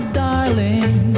darling